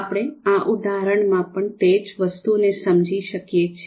આપણે આ ઉદાહરણમાં પણ તે જ વસ્તુને સમજી શકીએ છીએ